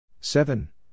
seven